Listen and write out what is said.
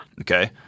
Okay